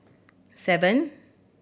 seven